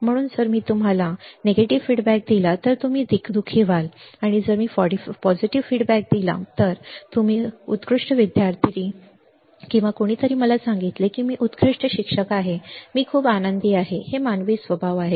म्हणून जर मी तुम्हाला नकारात्मक प्रतिक्रिया दिली तर तुम्ही दुःखी व्हाल आणि जर मी सकारात्मक प्रतिक्रिया दिली अरे तुमचा उत्कृष्ट विद्यार्थी किंवा कोणीतरी मला सांगितले मी एक उत्कृष्ट शिक्षक आहे मी खूप आनंदी आहे हे मानवी स्वभाव आहेत